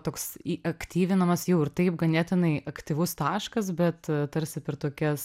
toks įaktyvinamas jau ir taip ganėtinai aktyvus taškas bet tarsi per tokias